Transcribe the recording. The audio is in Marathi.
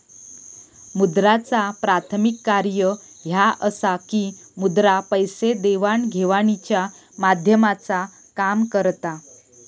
मुद्राचा प्राथमिक कार्य ह्या असा की मुद्रा पैसे देवाण घेवाणीच्या माध्यमाचा काम करता